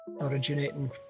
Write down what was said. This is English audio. originating